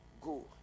go